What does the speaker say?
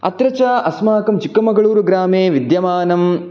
अत्र च अस्माकं चिक्कमगलूरु ग्रामे विद्यमानं